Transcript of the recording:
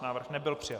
Návrh nebyl přijat.